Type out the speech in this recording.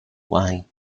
why